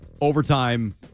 overtime